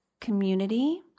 community